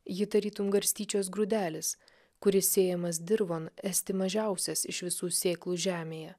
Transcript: ji tarytum garstyčios grūdelis kuris sėjamas dirvon esti mažiausias iš visų sėklų žemėje